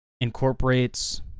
incorporates